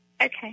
Okay